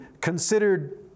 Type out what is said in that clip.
considered